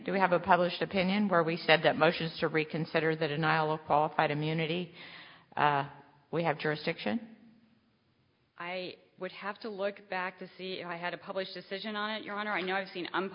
do we have a published opinion where we said that motions to reconsider that in iowa qualified immunity we have jurisdiction i would have to look back to see if i had a published decision on it your honor i know i've seen